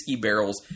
barrels